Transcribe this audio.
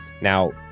Now